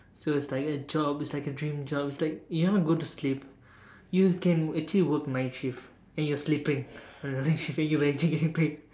so it's like a job it's like a dream job it's like you know go to sleep you can actually work night shift and you sleeping alright then you actually get paid